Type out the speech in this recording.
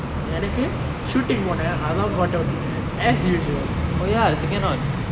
எனக்கு:enakku shooting ஓட அதுதான் கோட்ட விட்டுட்டேன்:oda athuthaan kota vittuten as usual